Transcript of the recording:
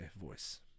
voice